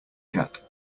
cat